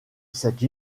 cette